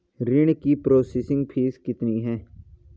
ऋण की processing fees कितनी है?